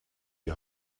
die